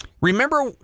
Remember